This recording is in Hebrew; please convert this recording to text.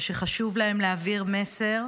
ושחשוב להם להעביר מסר,